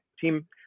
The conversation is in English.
team